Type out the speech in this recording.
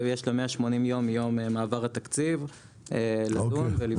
ויש לה 180 ימים מיום מעבר התציב לדון ולבחון- - אוקיי,